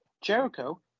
Jericho